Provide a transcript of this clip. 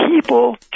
people